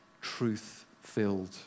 truth-filled